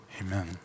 amen